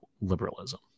liberalism